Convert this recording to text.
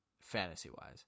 fantasy-wise